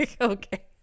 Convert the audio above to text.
okay